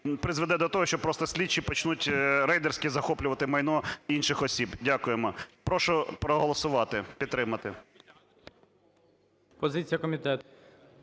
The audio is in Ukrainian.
призведе до того, що просто слідчі почнуть рейдерськи захоплювати майно інших осіб. Дякуємо. Прошу проголосувати, підтримати.